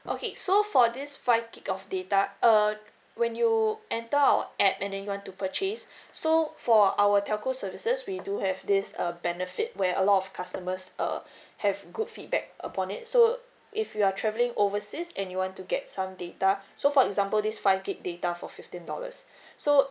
okay so for this five G_B of data err when you enter I'll add and then you want to purchase so for our telco services we do have this uh benefit where a lot of customers err have good feedback upon it so if you're travelling overseas and you want to get some data so for example this five G_B data for fifteen dollars so